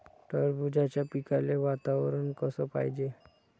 टरबूजाच्या पिकाले वातावरन कस पायजे?